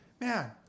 Man